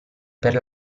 per